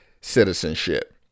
citizenship